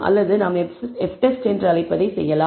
அல்லது நாம் F test என்று அழைப்பதைச் செய்யலாம்